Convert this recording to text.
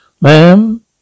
Ma'am